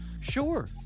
Sure